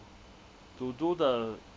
to do the